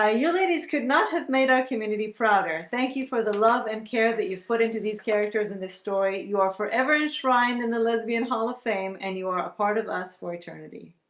ah you ladies could not have made our community father thank you for the love and care that you've put into these characters in this story you are forever enshrined in the lesbian hall of fame and you are a part of us for eternity